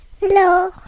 Hello